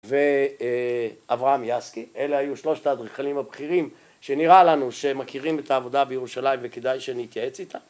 ואברהם יסקי, אלה היו שלושת האדריכלים הבכירים שנראה לנו שמכירים את העבודה בירושלים וכדאי שנתייעץ איתם